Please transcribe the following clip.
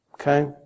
Okay